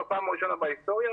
בפעם הראשונה בהיסטוריה,